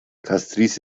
castries